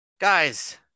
guys